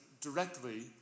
directly